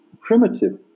primitive